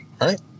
right